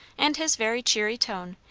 and his very cheery tone,